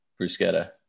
bruschetta